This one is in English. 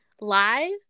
live